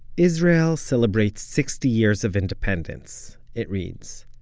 israel celebrates sixty years of independence, it reads.